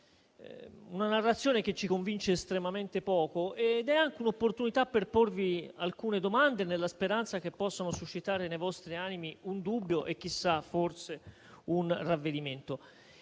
una narrazione che ci convince estremamente poco ed è anche un'opportunità per porvi alcune domande, nella speranza che possano suscitare nei vostri animi un dubbio e, chissà, forse un ravvedimento.